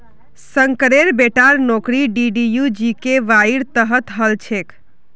शंकरेर बेटार नौकरी डीडीयू जीकेवाईर तहत हल छेक